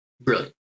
brilliant